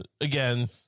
again